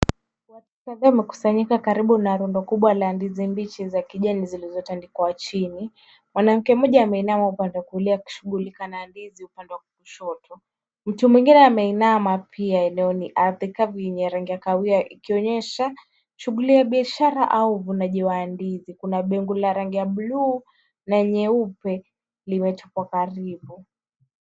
Watu kadhaa wamekusanyika karibu na rundo kubwa la ndizi mbichi za kijani zilizotandikwa chini. Mwanamke mmoja ameinama upande wa kulia akishughulika na ndizi upande wa kushoto. Mtu mwingine ameinama pia. Eneo ni ardhi kavu yenye rangi ya kahawia ikionyesha shughuli ya biashara au uvunaji wa ndizi. Kuna begi la rangi ya bluu na nyeupe limetupwa karibu.